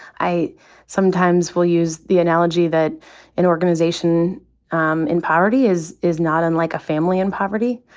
i sometimes will use the analogy that an organization um in poverty is is not unlike a family in poverty,